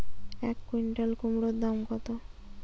এক কুইন্টাল কুমোড় দাম কত?